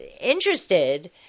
interested